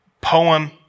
poem